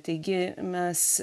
taigi mes